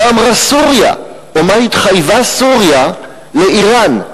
מה אמרה סוריה, או מה התחייבה סוריה לאירן.